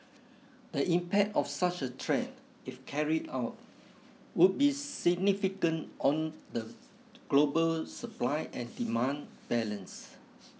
the impact of such a threat if carried out would be significant on the global supply and demand balance